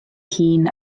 hun